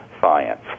science